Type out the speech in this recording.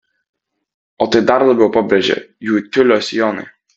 o tai dar labiau pabrėžia jų tiulio sijonai